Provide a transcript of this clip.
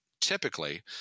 typically